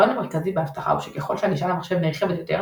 הרעיון המרכזי באבטחה הוא שככל שהגישה למחשב נרחבת יותר,